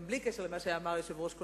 גם בלי קשר למה שאמר היושב-ראש,